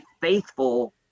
faithful